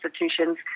institutions